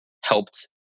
helped